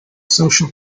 social